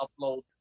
upload